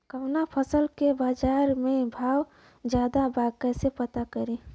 कवना फसल के बाजार में भाव ज्यादा बा कैसे पता करि?